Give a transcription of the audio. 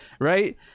Right